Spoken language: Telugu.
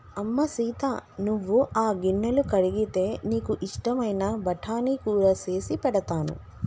అమ్మ సీత నువ్వు ఆ గిన్నెలు కడిగితే నీకు ఇష్టమైన బఠానీ కూర సేసి పెడతాను